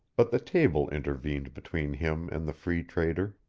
but the table intervened between him and the free trader.